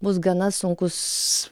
bus gana sunkus